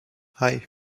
hei